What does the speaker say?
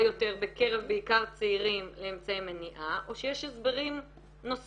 יותר בעיקר בקרב צעירים על אמצעי מניעה או שיש הסברים נוספים.